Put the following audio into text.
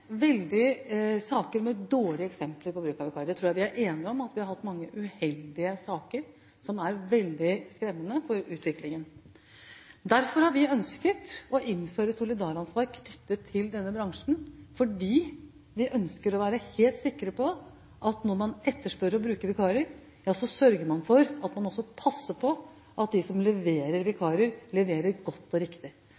uheldige saker som er veldig skremmende for utviklingen. Derfor har vi ønsket å innføre solidaransvar knyttet til denne bransjen. Vi ønsker å være helt sikre på at når man etterspør å bruke vikarer, sørger man for også å passe på at de som leverer